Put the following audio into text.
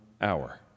hour